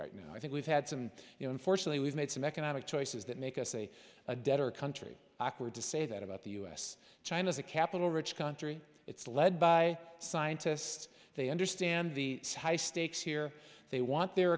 right now i think we've had some you know unfortunately we've made some economic choices that make us a a debtor country awkward to say that about the u s china's a capital rich country it's led by scientists they understand the high stakes here they want their